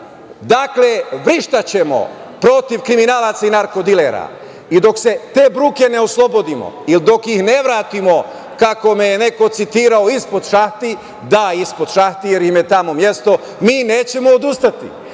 grada. Dakle, vrištaćemo protiv kriminalaca i narkodilera. Dok se te bruke ne oslobodimo ili dok ih ne vratimo, kako me je neko citirao, ispod šahti, da, ispod šahti, jer im je tamo mesto, mi nećemo odustati.